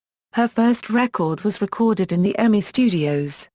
her first record was recorded in the emi studios,